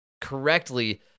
correctly